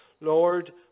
Lord